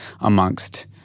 amongst